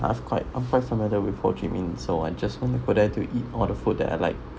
I've quite I'm quite familiar with ho chih min so I just want to go there to eat all the food that I like